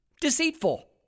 deceitful